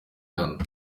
ghana